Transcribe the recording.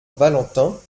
valentin